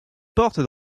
porte